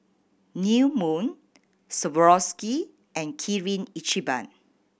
New Moon Swarovski and Kirin Ichiban